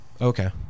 Okay